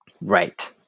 Right